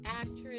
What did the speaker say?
actress